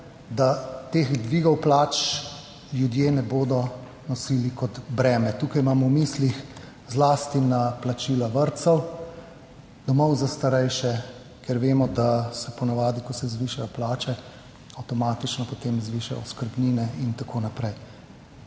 da teh dvigov plač ljudje ne bodo nosili kot breme - tukaj imam v mislih zlasti na plačila vrtcev, domov za starejše, ker vemo, da se po navadi, ko se zvišajo plače, avtomatično potem zviša oskrbnine in tako naprej.